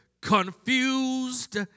confused